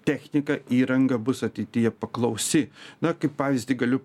technika įranga bus ateityje paklausi na kaip pavyzdį galiu